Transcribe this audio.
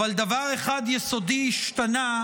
אבל דבר אחד יסודי השתנה,